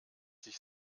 sich